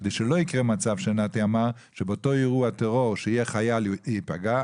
כדי שלא יקרה מצב עליו דיבר נתי כאשר באותו אירוע טרור בו חייל נפגע,